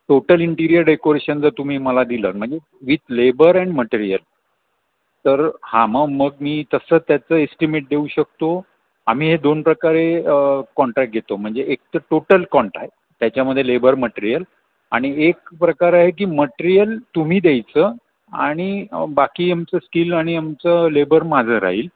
total interior decoration जर तुम्ही मला दिलं म्हणजे विथ लेबर अँड मटेरियल तर हां मग मग मी तसं त्याचं एस्टिमेट देऊ शकतो आम्ही हे दोन प्रकारे कॉन्ट्रॅक घेतो म्हणजे एक तर टोटल कॉन्ट्रॅक त्याच्यामध्ये लेबर मटेरियल आणि एक प्रकार आहे की मटेरियल तुम्ही द्यायचं आणि बाकी आमचं स्किल आणि आमचं लेबर माझं राहील